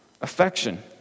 affection